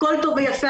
הכול טוב ויפה,